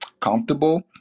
comfortable